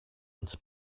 uns